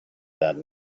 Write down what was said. that